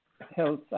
health